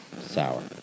Sour